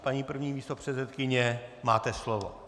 Paní první místopředsedkyně, máte slovo.